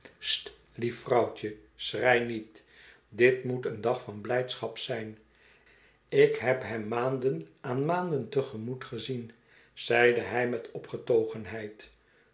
lief vrouwtje schrei niet dit moeteen dag van blijdschap zijn ik heb hem maanden aan maanden te gemoet gezien zeide hij met